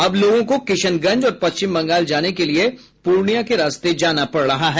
अब लोगों को किशनगंज और पश्चिम बंगाल जाने के लिए पूर्णिया के रास्ते जाना पड़ रहा है